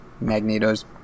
Magneto's